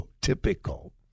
typical